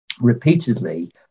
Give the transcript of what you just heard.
repeatedly